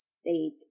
state